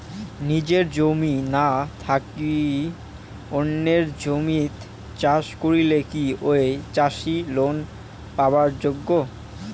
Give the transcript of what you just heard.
নিজের জমি না থাকি অন্যের জমিত চাষ করিলে কি ঐ চাষী লোন পাবার যোগ্য?